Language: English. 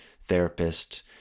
therapist